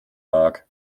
mag